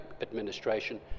administration